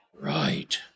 Right